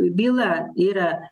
byla yra